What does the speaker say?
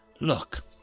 look